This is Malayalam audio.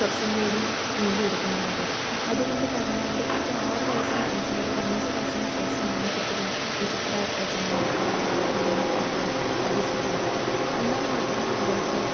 കുറച്ചും കൂടി നേടിയെടുക്കുന്നത് അവര് അത്കൊണ്ട് തന്നെ അവര് ഒരാറു വയസ്സിന് ശേഷം അല്ലെ ഒരഞ്ച് വയസ്സിന് ശേഷമാണ് കുട്ടികൾ ഈ ചിത്രരചന മ പോലുള്ള കലകൾ അഭ്യസിക്കേണ്ടത് അന്നാൽ മാത്രമേ അവർക്ക്